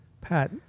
Pat